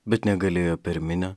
bet negalėjo per minią